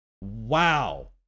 Wow